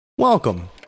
Welcome